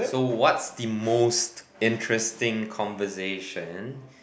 so what's the most interesting conversation